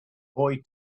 boy